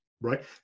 right